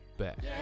back